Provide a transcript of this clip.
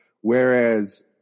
Whereas